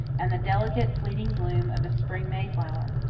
and the delicate, fleeting bloom of a spring mayflower.